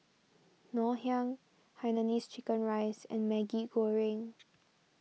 Ngoh Hiang Hainanese Chicken Rice and Maggi Goreng